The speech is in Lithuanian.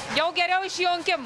jau geriau išjunkim